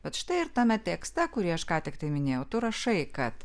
bet štai ir tame tekste kurį aš ką tiktai minėjau tu rašai kad